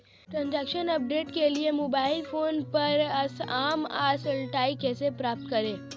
Transaction update के लिए mobile phone पर एस.एम.एस अलर्ट कैसे प्राप्त करें?